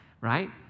right